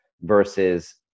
versus